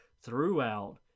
throughout